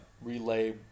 relay